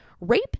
rape